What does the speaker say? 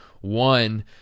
one